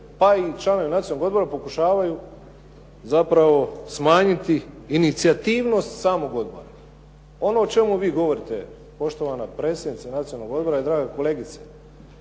pa i članovi Nacionalnog odbora pokušavaju zapravo smanjiti inicijativnost samog odbora. Ono o čemu vi govorite poštovana predsjednice Nacionalnog odbora i draga kolegice,